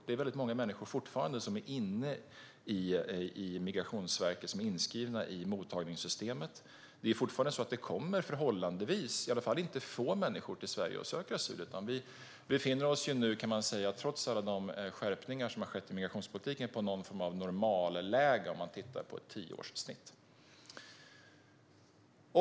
Det är fortfarande många människor som är inskrivna i Migrationsverkets mottagningssystem. Det kommer fortfarande förhållandevis många - i alla fall inte få - människor till Sverige och söker asyl. Vi befinner oss nu, trots alla skärpningar som gjorts i migrationspolitiken, i något slags normalläge i jämförelse med ett tioårssnitt.